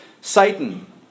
Satan